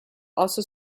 also